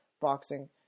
boxing